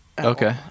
Okay